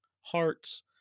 hearts